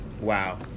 Wow